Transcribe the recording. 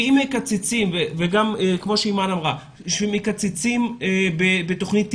כמו שאימאן, אמרה כשמקצצים בתוכנית היל"ה,